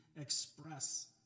express